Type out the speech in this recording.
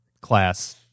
class